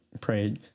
pray